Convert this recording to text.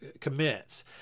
commits